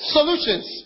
Solutions